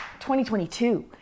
2022